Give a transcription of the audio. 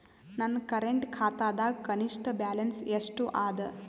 ನನ್ನ ಕರೆಂಟ್ ಖಾತಾದಾಗ ಕನಿಷ್ಠ ಬ್ಯಾಲೆನ್ಸ್ ಎಷ್ಟು ಅದ